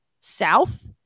South